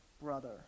brother